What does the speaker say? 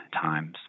times